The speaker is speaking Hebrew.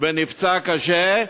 ונפצע קשה,